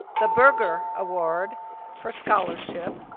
the burger award for scholarship.